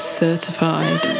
Certified